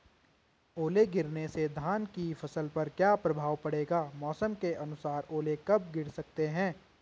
ओले गिरना से धान की फसल पर क्या प्रभाव पड़ेगा मौसम के अनुसार ओले कब गिर सकते हैं?